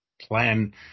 plan